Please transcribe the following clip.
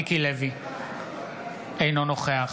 אינו נוכח